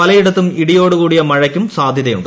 പലയിടത്തും ഇടിയോടുകൂടിയ മഴക്കും സാധ്യതയുണ്ട്